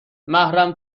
محرم